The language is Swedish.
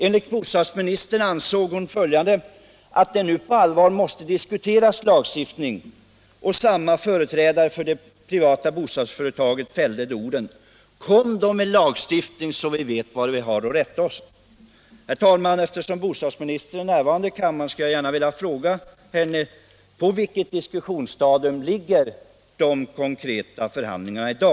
Enligt tidningsreferatet ansåg bostadsministern att det nu på allvar måste diskuteras en lagstiftning, och samma företrädare för det privata bostadsföretaget fällde då orden: Kom med lagstiftning så vi vet vad vi skall rätta oss efter! Eftersom bostadsministern är närvarande i kammaren vill jag ställa följande fråga till henne: På vilket diskussionsstadium befinner sig de konkreta förhandlingarna i dag?